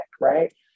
right